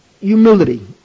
humility